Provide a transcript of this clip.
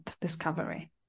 discovery